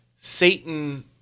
Satan